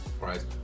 right